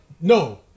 No